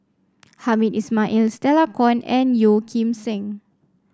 Hamed Ismail Stella Kon and Yeo Kim Seng